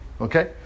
Okay